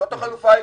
זאת החלופה העיקרית.